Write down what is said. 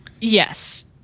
Yes